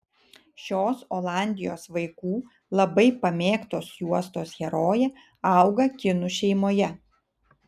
šios olandijos vaikų labai pamėgtos juostos herojė auga kinų šeimoje